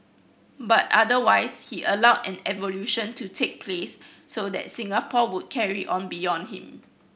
but otherwise he allowed an evolution to take place so that Singapore would carry on beyond him